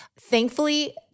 Thankfully